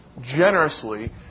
generously